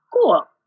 Cool